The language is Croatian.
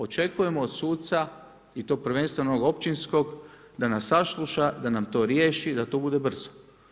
Očekujemo od suca i to prvenstveno općinskog, da nas sasluša da nam to riješi i da to ide brzo.